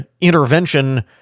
intervention